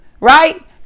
right